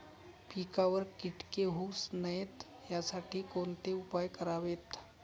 पिकावर किटके होऊ नयेत यासाठी कोणते उपाय करावेत?